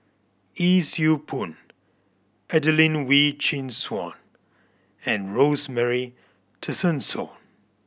Yee Siew Pun Adelene Wee Chin Suan and Rosemary Tessensohn